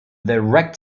direct